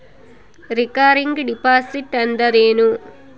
Recurring deposit ಅಂದರೇನು?